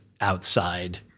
outside